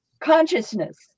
consciousness